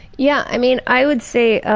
yeah, i mean i would say